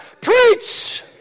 Preach